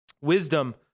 Wisdom